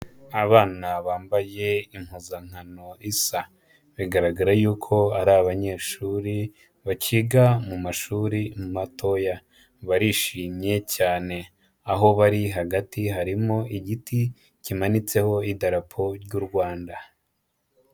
Abana bambaye impuzankano zisa bigaragarako ari abanyeshuri bakiga mu mashuri matoya barishimye cyane ahobari hari igiti kimanitseho idarapo ry'u Rwanda.